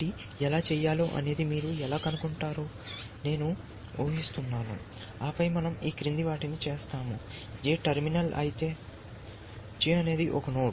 కాబట్టి ఎలా చేయాలో అనేది మీరు ఎలా కనుగొంటారో నేను ఊహిస్తున్నను ఆపై మనం ఈ క్రింది వాటిని చేస్తాము J టెర్మినల్ అయితే J అనేది ఒక నోడ్